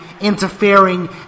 interfering